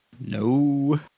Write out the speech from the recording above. no